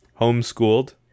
Homeschooled